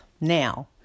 Now